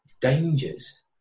dangers